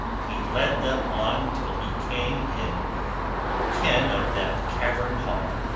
he led them on till he came in ken of that cavern-hall,